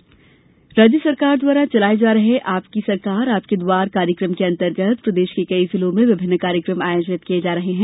आपकी सरकार आपके द्वार राज्य सरकार द्वारा चलाये जा रहे आपकी सरकार आपके द्वार अभियान के अंतर्गत प्रदेश के कई जिलों में विभिन्न कार्यक्रम आयोजित किये जा रहे हैं